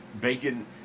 bacon